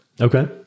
Okay